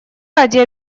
ради